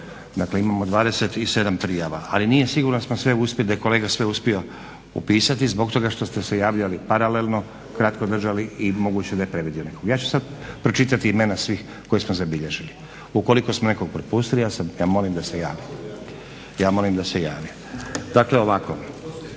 Dakle, imamo 27 prijava ali nije sigurno da smo sve uspjeli, da je kolega sve uspio upisati zbog toga što ste se javljali paralelno, kratko držali i moguće da je predviđeno. Ja ću sad pročitati imena svih koji smo zabilježili, ukoliko smo nekog propustili, ja molim da se javi. Dakle, ovako